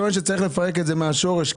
שצריך לפרק את זה מהשורש.